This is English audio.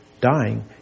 dying